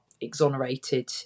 exonerated